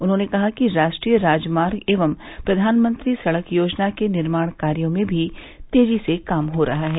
उन्होंने कहा कि राष्ट्रीय राजमार्ग एवं प्रधानमंत्री सड़क योजना के निर्माण कार्यों में भी तेजी से काम हो रहा है